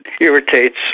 irritates